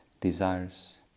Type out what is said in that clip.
desires